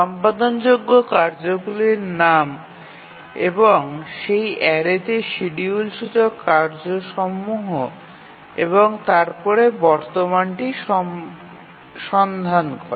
সম্পাদনযোগ্য কর্মসূচির নাম এবং সেই অ্যারেতে শিডিউল সূচক কার্যসমূহ এবং তারপরে বর্তমানটি সন্ধান করে